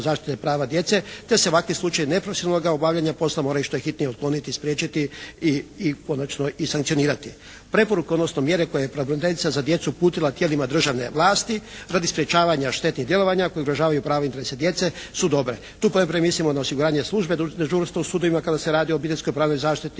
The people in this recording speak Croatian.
zaštite prava djece te se ovakvi slučajevi neprofesionalnog obavljanja posla moraju što je hitnije otkloniti i spriječiti i konačno i sankcionirati. Preporuke, odnosno mjere koje je pravobraniteljica uputila tijelima državne vlasti radi sprječavanja štetnih djelovanja koji ugrožavaju prava i interese djece su dobre. Tu ponajprije mislimo na osiguranje službe, dežurstvo u sudovima kada se radi o obiteljskoj pravnoj zaštiti,